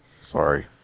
Sorry